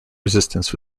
resistance